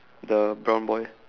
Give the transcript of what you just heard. the brown boy